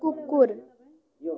कुकुर